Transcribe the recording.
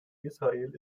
israel